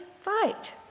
fight